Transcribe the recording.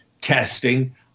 testing